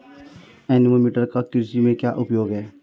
Anemometer का कृषि में क्या उपयोग है?